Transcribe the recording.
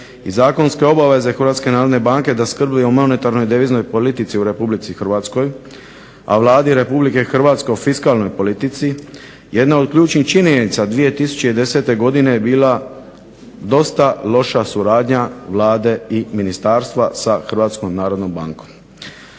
i zakonske obveze HNB-a da skrbe o monetarnoj deviznoj politici u RH, a Vladi RH o fiskalnoj politici jedna od ključnih činjenica 2010.godine bila dosta loša suradnja Vlade i ministarstva sa HNB.